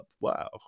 Wow